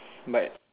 but